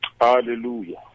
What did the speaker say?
hallelujah